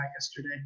yesterday